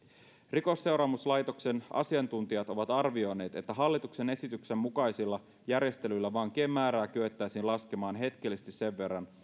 rikosseuraamuslaitoksen asiantuntijat ovat arvioineet että hallituksen esityksen mukaisilla järjestelyillä vankien määrää kyettäisiin laskemaan hetkellisesti sen verran